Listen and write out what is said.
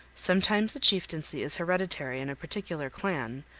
sometimes the chieftaincy is hereditary in a particular clan,